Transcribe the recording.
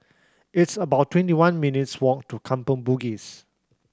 it's about twenty one minutes' walk to Kampong Bugis